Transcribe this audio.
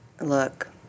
look